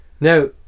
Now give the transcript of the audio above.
Now